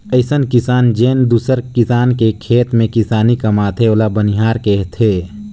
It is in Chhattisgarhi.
अइसन किसान जेन दूसर किसान के खेत में किसानी कमाथे ओला बनिहार केहथे